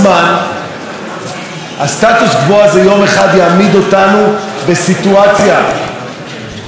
הסטטוס קוו הזה יעמיד אותנו יום אחד בסיטואציה שהדרישות הבין-לאומיות